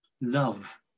Love